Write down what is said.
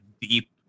deep